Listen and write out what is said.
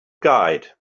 guide